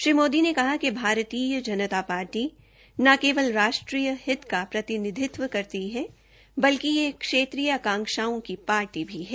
श्री मोदी ने कहा कि भारतीय जनत पार्टी न केवल राष्ट्रीय हित का प्रतिनिधित्व करती है बल्कि यह क्षेत्रीय आकांक्षाओं की पार्टी भी है